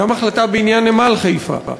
גם החלטה בעניין נמל חיפה.